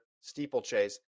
steeplechase